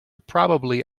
probably